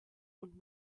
und